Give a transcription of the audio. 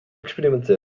experimenteel